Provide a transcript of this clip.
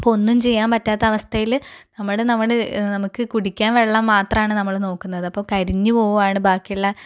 അപ്പോൾ ഒന്നും ചെയ്യാൻ പറ്റാത്ത അവസ്ഥയിൽ നമ്മുടെ നമ്മുടെ നമുക്ക് കുടിക്കാൻ വെള്ളം മാത്രമാണ് നമ്മൾ നോക്കുന്നത് അപ്പോൾ കരിഞ്ഞു പോവുകയാണ് ബാക്കിയുള്ള